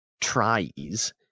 tries